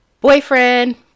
boyfriend